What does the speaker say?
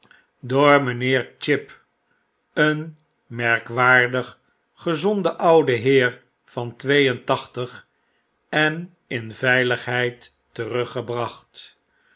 door mijnheer chib een merkwaardig gezonde oude heer van twee en tachtig en in veiligheid teruggebracht